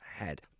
ahead